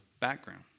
background